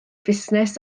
fusnes